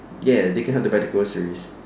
ya they can help to buy the groceries